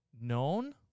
known